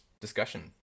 discussion